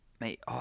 mate